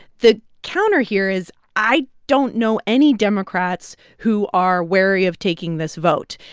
the counter here is i don't know any democrats who are wary of taking this vote.